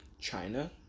China